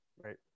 Right